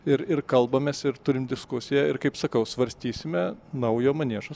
ir ir kalbamės ir turim diskusiją ir kaip sakiau svarstysime naujo maniežo